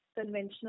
conventional